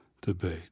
debate